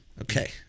Okay